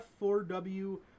f4w